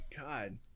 God